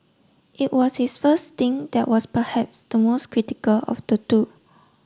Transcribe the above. it was his first stint that was perhaps the most critical of the two